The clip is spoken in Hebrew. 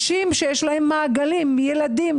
שיש להם מעגלים; ילדים,